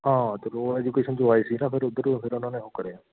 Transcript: ਹਾਂ ਐਜੂਕੇਸ਼ਨ ਤੋਂ ਆਏ ਸੀ ਨਾ ਫਿਰ ਉੱਧਰ ਫਿਰ ਉਹਨਾਂ ਨੇ ਉਹ ਕਰਿਆ